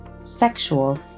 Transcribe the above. sexual